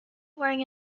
wearing